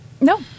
No